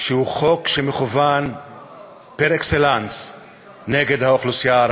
שהוא חוק שמכוון פר-אקסלנס נגד האוכלוסייה הערבית.